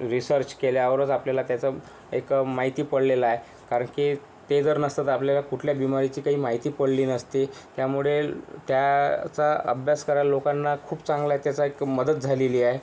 research केल्यावरच आपल्याला त्याचं एक माहिती पडलेलं आहे कारण की ते जर नसतं तर आपल्याला कुठल्या बीमारीची काही माहिती पडली नसती त्यामुळे त्याचा अभ्यास करायला लोकांना खूप चांगलं आहे त्याचा एक तो मदत झालेली आहे